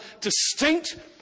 distinct